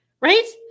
Right